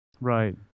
Right